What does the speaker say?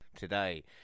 Today